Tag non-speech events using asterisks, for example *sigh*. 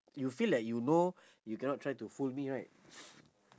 you feel like you know you cannot try to fool me right *noise*